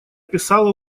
писала